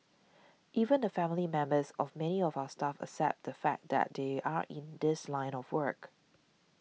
even the family members of many of our staff accept the fact that they are in this line of work